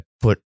put